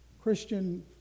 Christian